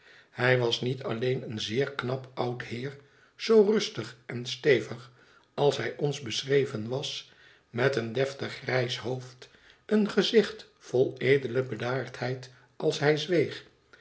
hij was niet alleen een zeer knap oud heer zoo rustig en stevig als hij ons beschreven was met een deftig grijs hoofd een gezicht vol edele bedaardheid als hij zweeg